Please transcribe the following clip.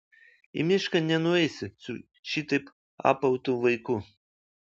į mišką nenueisi su šitaip apautu vaiku